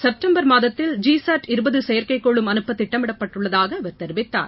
September மாதத்தில் GSAT இருபது செயற்கைக் கோளும் அனுப்ப திட்டமிடப்பட்டுள்ளதாக அவர் தெரிவித்தார்